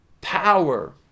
power